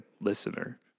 listener